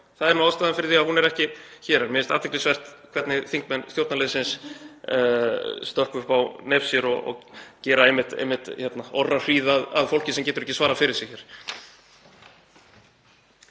Það er nú ástæðan fyrir því að hún er ekki hér. En mér finnst athyglisvert hvernig þingmenn stjórnarliðsins stökkva upp á nef sér og gera einmitt orrahríð að fólki sem getur ekki svarað fyrir sig hér.